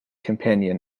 companion